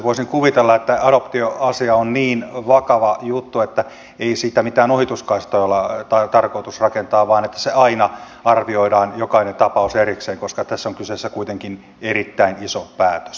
voisin kuvitella että adoptioasia on niin vakava juttu että ei siinä mitään ohituskaistaa ole tarkoitus rakentaa vaan aina arvioidaan jokainen tapaus erikseen koska tässä on kyseessä kuitenkin erittäin iso päätös